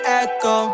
echo